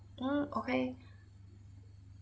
mm okay